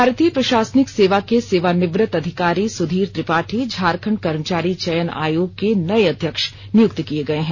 भारतीय प्रशासनिक सेवा के सेवानिवृत्त अधिकारी सुधीर त्रिपाठी झारखंड कर्मचारी चयन आयोग के नए अध्यक्ष नियुक्त किए गए हैं